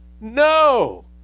No